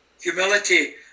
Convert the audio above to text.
Humility